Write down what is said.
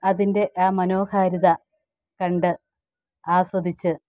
അതിൻ്റെ ആ മനോഹാരിത കണ്ട് ആസ്വധിച്ച്